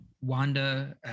Wanda